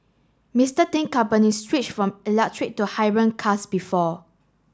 Mister Ting company switched from electric to cars before